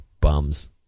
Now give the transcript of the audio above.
bums